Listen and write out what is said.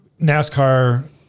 NASCAR